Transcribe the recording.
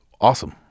Awesome